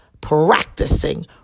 practicing